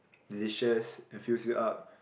delicious and fills you up